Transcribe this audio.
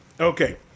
Okay